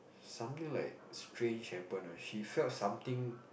something like strange happen ah she felt something